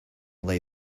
lay